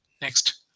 next